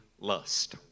lust